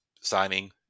signing